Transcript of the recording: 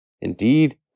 Indeed